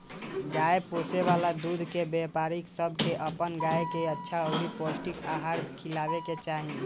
गाय पोसे वाला दूध के व्यापारी सब के अपन गाय के अच्छा अउरी पौष्टिक आहार खिलावे के चाही